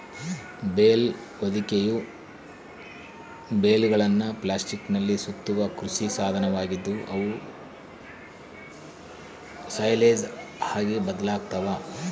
bale ಹೊದಿಕೆಯು ಬೇಲ್ಗಳನ್ನು ಪ್ಲಾಸ್ಟಿಕ್ನಲ್ಲಿ ಸುತ್ತುವ ಕೃಷಿ ಸಾಧನವಾಗಿದ್ದು, ಅವು ಸೈಲೇಜ್ ಆಗಿ ಬದಲಾಗ್ತವ